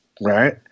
right